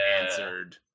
answered